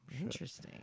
Interesting